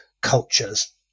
cultures